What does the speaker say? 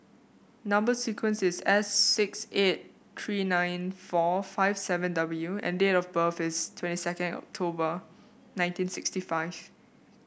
number sequence is S six eight three nine four five seven W and date of birth is twenty second October nineteen sixty five